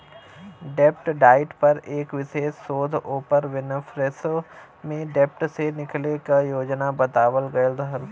डेब्ट डाइट पर एक विशेष शोध ओपर विनफ्रेशो में डेब्ट से निकले क योजना बतावल गयल रहल